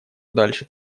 дальше